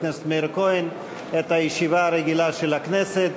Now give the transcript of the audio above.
הכנסת מאיר כהן את הישיבה הרגילה של הכנסת,